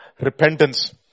Repentance